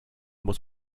muss